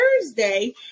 thursday